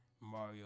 Mario